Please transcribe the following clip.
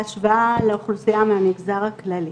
בהשוואה לאוכלוסיה מהמגזר הכללי.